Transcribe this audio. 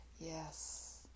Yes